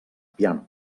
piano